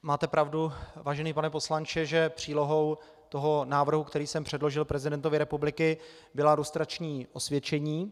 Máte pravdu, vážený pane poslanče, že přílohou návrhu, který jsem předložil prezidentovi republiky, byla lustrační osvědčení.